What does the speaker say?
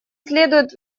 следует